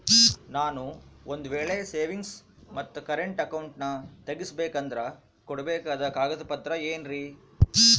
ನಾನು ಒಂದು ವೇಳೆ ಸೇವಿಂಗ್ಸ್ ಮತ್ತ ಕರೆಂಟ್ ಅಕೌಂಟನ್ನ ತೆಗಿಸಬೇಕಂದರ ಕೊಡಬೇಕಾದ ಕಾಗದ ಪತ್ರ ಏನ್ರಿ?